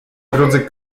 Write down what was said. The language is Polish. drudzy